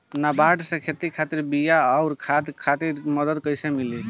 नाबार्ड से खेती खातिर बीया आउर खाद खातिर मदद कइसे मिली?